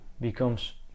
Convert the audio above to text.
becomes